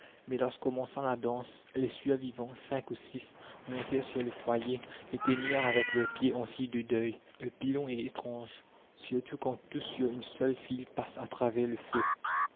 mais lorsque commença la danse les survivants cinq ou six montèrent sur le foyer l'éteignirent avec leurs pieds en signe de deuil le pilon est étrange surtout quand tous sur une seule file passent à travers le feu